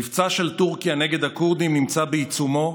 המבצע של טורקיה נגד הכורדים נמצא בעיצומו,